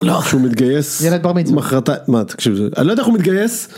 מתגייס, ילד בר מצווה, מחרתים, מה תקשיב, אני לא יודע איך הוא מתגייס.